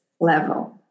level